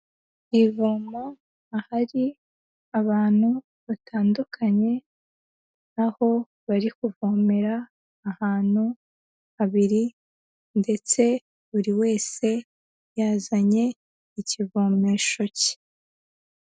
Ku ivomo ahari abantu batandukanye, aho bari kuvomera ahantu habiri ndetse buri wese yazanye ikivomesho cye.